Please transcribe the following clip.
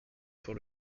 pour